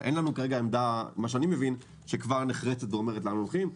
אין לנו כרגע עמדה נחרצת שכבר אומרת לאן הולכים.